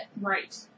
Right